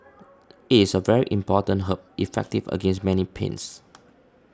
it is a very important herb effective against many pains